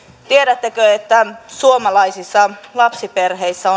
tiedättekö että suomalaisissa lapsiperheissä